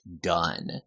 done